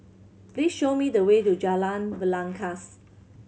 please show me the way to Jalan Belangkas